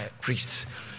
priests